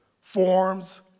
forms